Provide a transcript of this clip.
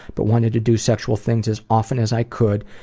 but wanted to do sexual things as often as i could.